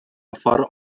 ffordd